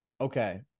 Okay